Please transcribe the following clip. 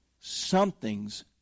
something's